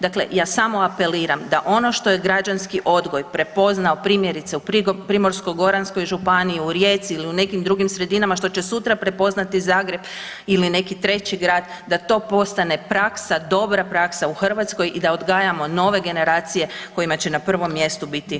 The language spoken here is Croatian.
Dakle, ja samo apeliram, da ono što je građanski odgoj prepoznao, primjerice, u Primorsko-goranskoj županiji, u Rijeci ili u nekim drugim sredinama, što će sutra prepoznati Zagreb ili neki treći grad, da to postane praksa, dobra praksa u Hrvatskoj i da odgajamo nove generacije kojima će na prvom mjestu biti opće dobro.